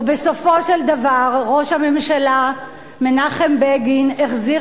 ובסופו של דבר ראש הממשלה מנחם בגין החזיר